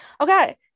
okay